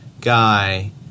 guy